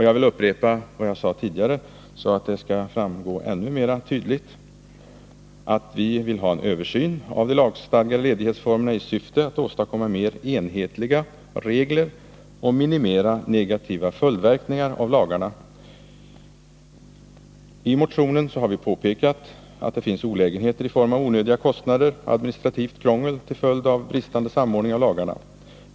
Jag vill upprepa vad jag sade tidigare, så att det skall framgå ännu tydligare: Vi vill ha en översyn av de lagstadgade ledighetsformerna i syfte att åstadkomma mer enhetliga regler och minimera negativa följdverkningar av lagarna. I motionen har vi påpekat att det finns olägenheter i form av onödiga kostnader och administrativt krångel till följd av bristande samordning av lagarna.